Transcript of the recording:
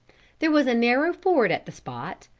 there was a narrow ford at the spot,